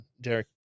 derek